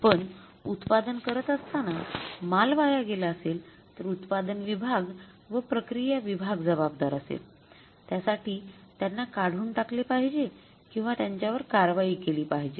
पण उत्पादन करत असताना माल वाया गेला असेल तर उत्पादन विभाग व प्रक्रिया विभाग जबाबदार असेल त्यासाठी त्यांना काढून टाकले पाहिजे किंवा त्यांच्यावर कारवाई केली पाहिजे